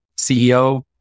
CEO